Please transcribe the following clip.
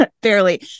barely